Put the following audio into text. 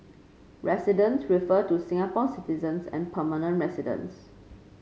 residents refer to Singapore citizens and permanent residents